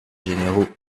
généraux